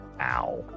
Ow